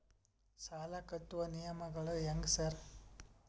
ಸಾಲ ಕಟ್ಟುವ ನಿಯಮಗಳು ಹ್ಯಾಂಗ್ ಸಾರ್?